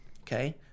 okay